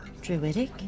druidic